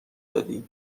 دادی